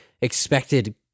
expected